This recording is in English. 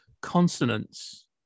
consonants